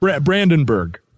brandenburg